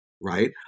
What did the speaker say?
right